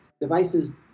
devices